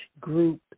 group